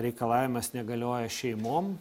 reikalavimas negalioja šeimom